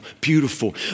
beautiful